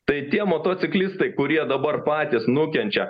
tai tie motociklistai kurie dabar patys nukenčia